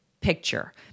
picture